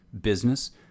business